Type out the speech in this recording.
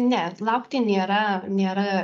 ne laukti nėra nėra